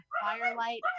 firelight